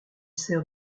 sert